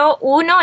uno